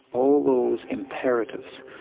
all those imperatives.